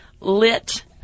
lit